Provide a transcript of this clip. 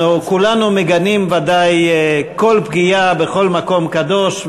אנחנו כולנו מגנים ודאי כל פגיעה בכל מקום קדוש,